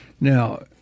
Now